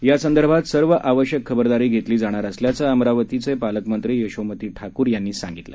यासंदर्भात सर्व आवश्यक खबरदारी घेतली जाणार असल्याचं अमरावतीचं पालकमंत्री यशोमती ठाकूर यांनी सांगितलं